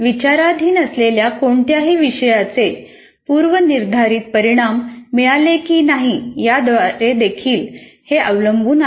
विचाराधीन असलेल्या कोणत्याही विषयाचे पूर्वनिर्धारित परिणाम मिळाले की नाही यावरदेखील हे अवलंबून आहे